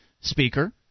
speaker